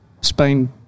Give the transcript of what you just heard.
Spain